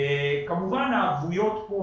כמובן הערבויות כאן,